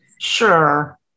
Sure